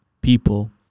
people